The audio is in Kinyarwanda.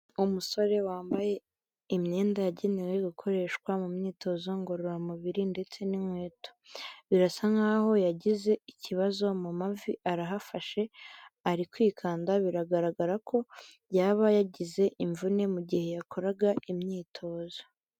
Umusore wambaye imyenda yagenewe gukoreshwa mu myitozo ngororamubiri ndetse n'inkweto. Birasa nkaho yagize ikibazo mu mavi, arahafashe, ari kwikanda, biragaragara ko yaba yagize imvune mu gihe yakoraga imyitozo.